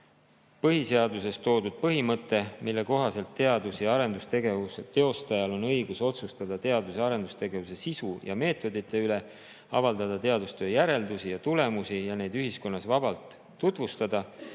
Põhiseaduses on toodud põhimõte, mille kohaselt teadus- ja arendustegevuse teostajal on õigus otsustada teadus- ja arendustegevuse sisu ja meetodite üle, avaldada teadustöö järeldusi ja tulemusi ja neid ühiskonnas vabalt tutvustada,